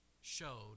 showed